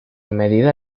medida